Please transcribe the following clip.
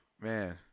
man